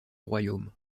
royaume